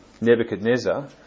Nebuchadnezzar